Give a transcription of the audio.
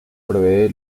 provee